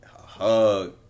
hug